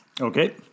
Okay